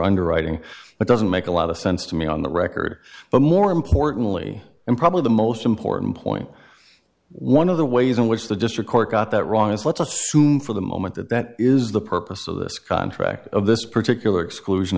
underwriting it doesn't make a lot of sense to me on the record but more importantly and probably the most important point one of the ways in which the district court got that wrong is let's assume for the moment that that is the purpose of this contract of this particular exclusion